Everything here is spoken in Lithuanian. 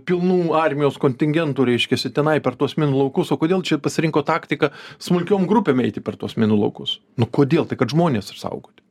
pilnų armijos kontingento reiškiasi tenai per tuos minų laukus o kodėl čia pasirinko taktiką smulkiom grupėm eiti per tuos minų laukus nu kodėl tai kad žmonės apsaugoti